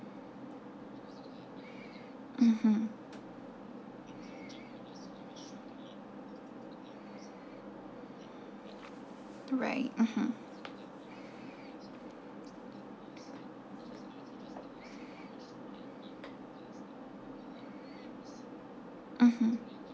mmhmm right mmhmm mmhmm